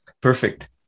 Perfect